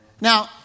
Now